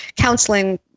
counseling